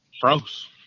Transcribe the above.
froze